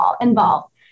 involved